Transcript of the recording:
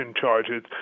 charges